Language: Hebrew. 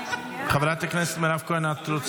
חברת הכנסת מירב כהן, בבקשה.